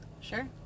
Sure